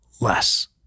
less